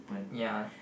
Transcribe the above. ya